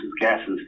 gases